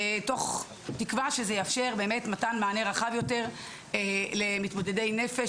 תוך תקווה שזה יאפשר מענה רחב יותר למתמודדי נפש,